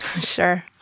Sure